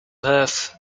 perth